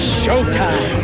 showtime